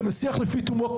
כמשיח לפי תומו,